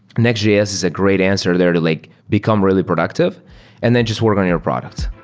nextjs is a great answer there to like become really productive and then just work on your product.